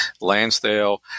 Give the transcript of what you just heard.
Lansdale